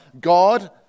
God